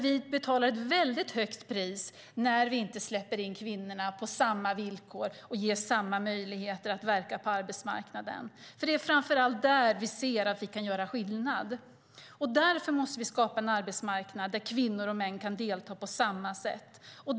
Vi betalar ett väldigt högt pris när vi inte släpper in kvinnorna på samma villkor och ger samma möjligheter att verka på arbetsmarknaden som männen. Det är framför allt där vi ser att vi kan göra skillnad. Därför måste vi skapa en arbetsmarknad där kvinnor och män kan delta på samma sätt.